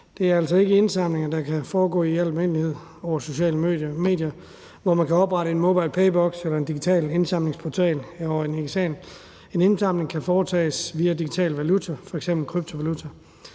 altså ikke indsamlinger, der kan foregå i al almindelighed, over sociale medier, hvor man kan oprette en MobilePay-boks eller en digital indsamlingsportal. En indsamling kan foretages via digital valuta, f.eks. kryptovaluta.